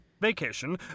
vacation